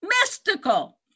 mystical